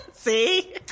See